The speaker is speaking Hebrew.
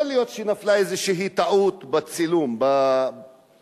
יכול להיות שנפלה איזו טעות בצילום עצמו,